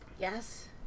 Yes